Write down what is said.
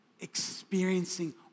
experiencing